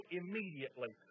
immediately